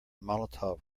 molotov